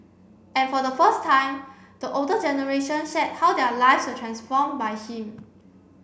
and for the first time the older generation shared how their lives are transformed by him